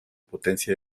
potencia